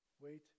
wait